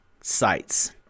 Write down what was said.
sites